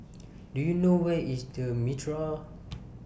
Do YOU know Where IS The Mitraa